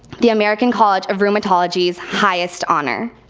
the american college of rheumatology's highest honor.